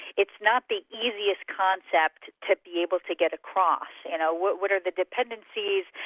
it's not the easiest concept to be able to get across you know what what are the dependencies,